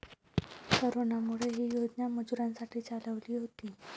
कोरोनामुळे, ही योजना मजुरांसाठी चालवली होती